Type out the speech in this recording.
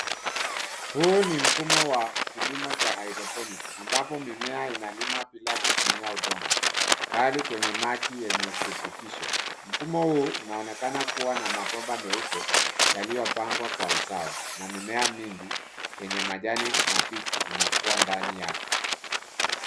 Huu ni mfumo wa kilimo cha hydroponic ambapo mimea inalimwa bila kutumia udongo, bali kwenye maji yenye virutubisho. Mfumo huu unaonekana kuwa na mabomba meupe yaliyopangwa kwa usawa na mimea mingi yenye majani mabichi inakua ndani yake.